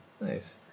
nice